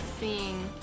seeing